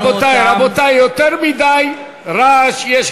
רבותי, רבותי, יותר מדי רעש יש.